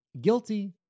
Guilty